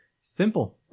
simple